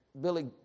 Billy